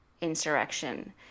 insurrection